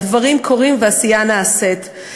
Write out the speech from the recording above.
אבל דברים קורים ועשייה נעשית.